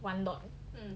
one dot